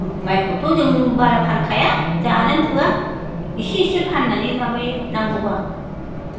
माइखौथ' जों बारा फानखाया जानोनो थोआ इसे इसे फान्नानै माबायो नांगौबा